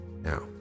now